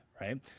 right